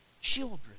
children